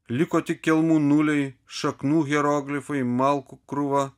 liko tik kelmų nuliai šaknų hieroglifai malkų krūva